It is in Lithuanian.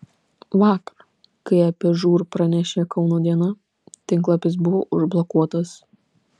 vakar kai apie tai žūr pranešė kauno diena tinklapis buvo užblokuotas